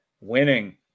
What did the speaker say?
winning